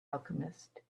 alchemist